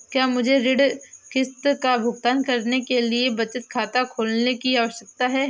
क्या मुझे ऋण किश्त का भुगतान करने के लिए बचत खाता खोलने की आवश्यकता है?